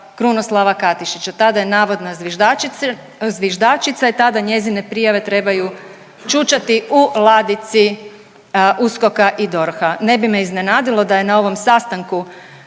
Krunoslava Katičića. Tada je navodna zviždačica i tada njezine prijave trebaju čučati u ladici USKOK-a i DORH-a. Ne bi me iznenadilo da je na ovom sastanku